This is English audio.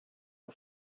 her